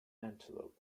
antelope